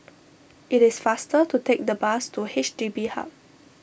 it is faster to take the bus to H D B Hub